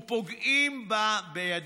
ופוגעים בה בידינו.